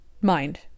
mind